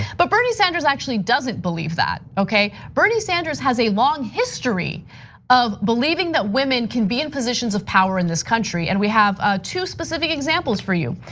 but bernie sanders actually doesn't believe that. okay, bernie sanders has a long history of believing that women can be in positions of power in this country, and we have ah two specific examples for you.